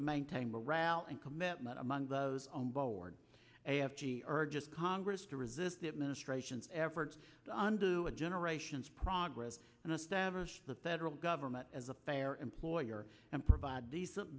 to maintain morale and commitment among those on board a f g or just congress to resist the administration's efforts on do a generation's progress and establish the federal government as a fair employer and provide decent